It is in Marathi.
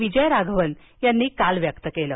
विजय राघवन यांनी काल व्यक्त केलं